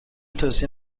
توصیه